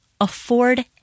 afford